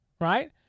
right